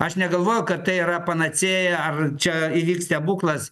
aš negalvoju kad tai yra panacėja ar čia įvyks stebuklas